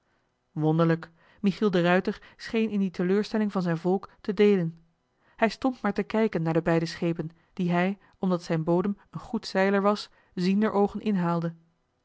wonderlijk michiel de ruijter scheen in die teleurstelling van zijn volk te deelen hij stond maar te kijken naar de beide schepen die hij omdat zijn bodem een goed zeiler was zienderoogen